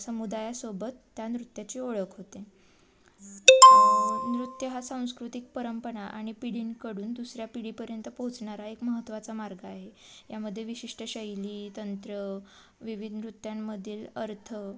समुदायासोबत त्या नृत्याची ओळख होते नृत्य हा सांस्कृतिक परंपरा आणि पिढींकडून दुसऱ्या पिढीपर्यंत पोहोचणारा एक महत्त्वाचा मार्ग आहे यामध्ये विशिष्ट शैली तंत्र विविध नृत्यांमधील अर्थ